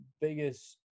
biggest